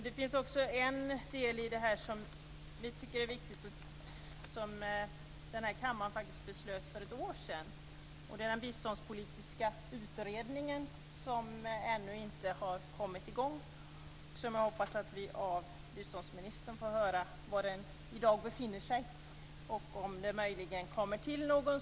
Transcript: Det finns också en del i det här som vi tycker är viktigt och som kammaren faktiskt beslöt för ett år sedan, den biståndspolitiska utredning som ännu inte kommit i gång men där jag hoppas att vi av biståndsministern får höra var den i dag befinner sig och om en sådan utredning möjligen kommer till stånd.